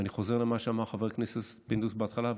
ואני חוזר למה שאמר חבר הכנסת פינדרוס בהתחלה,